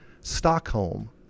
Stockholm